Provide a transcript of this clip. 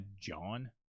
John